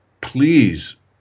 please